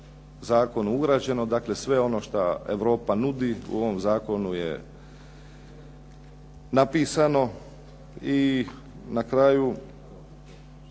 zakonu ugrađeno, dakle sve ono šta Europa nudi u ovom zakonu je napisano. I na kraju